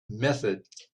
method